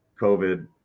COVID